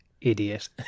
idiot